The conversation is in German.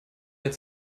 mehr